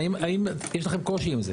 האם יש לכם קושי עם זה?